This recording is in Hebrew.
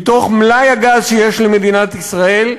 מתוך מלאי הגז שיש למדינת ישראל,